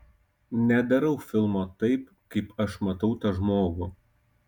nedarau filmo taip kaip aš matau tą žmogų